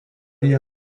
jie